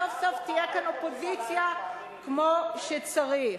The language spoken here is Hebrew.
סוף-סוף תהיה כאן אופוזיציה כמו שצריך.